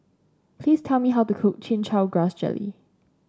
please tell me how to cook Chin Chow Grass Jelly